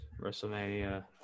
WrestleMania